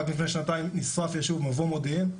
רק לפני שנתיים נשרף הישוב מבוא מודיעין,